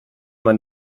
man